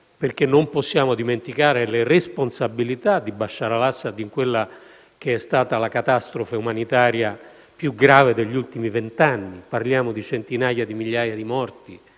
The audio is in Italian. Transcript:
perché non possiamo dimenticare le responsabilità di Bashar al-Assad in quella che è stata la catastrofe umanitaria più grave degli ultimi vent'anni. Parliamo di centinaia di migliaia di morti.